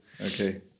Okay